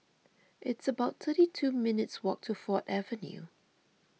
it's about thirty two minutes' walk to Ford Avenue